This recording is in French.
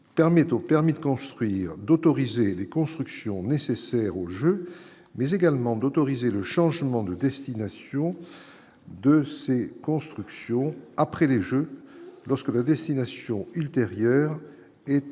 permettent aux permis de construire d'autoriser des constructions nécessaires au mais également d'autoriser le changement de destination de ces constructions après les Jeux, lorsque la destination ultérieure et